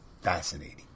fascinating